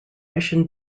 mission